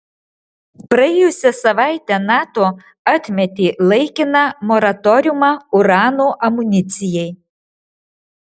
praėjusią savaitę nato atmetė laikiną moratoriumą urano amunicijai